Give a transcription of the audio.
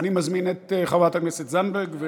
מזמין את חברת הכנסת זנדברג,